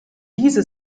diese